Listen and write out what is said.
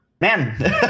man